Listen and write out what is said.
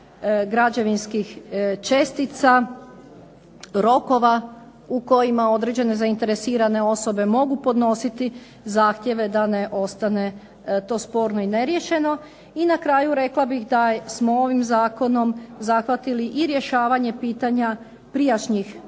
građevinskih čestica rokova u kojima određene zainteresirane osobe mogu podnositi zahtjeve da ne ostane to sporno i neriješeno. I na kraju rekla bih da smo ovim zakonom zahvatili i rješavanje pitanja prijašnjih